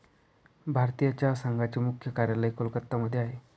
भारतीय चहा संघाचे मुख्य कार्यालय कोलकत्ता मध्ये आहे